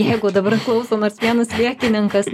jeigu dabar klauso nors vienas sliekininkas